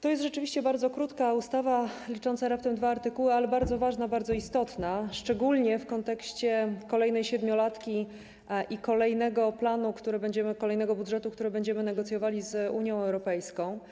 To jest rzeczywiście bardzo krótka ustawa, licząca raptem dwa artykuły, ale bardzo ważna, bardzo istotna, szczególnie w kontekście kolejnej siedmiolatki i kolejnego planu, budżetu, który będziemy negocjowali z Unią Europejską.